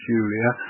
Julia